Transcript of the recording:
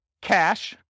cash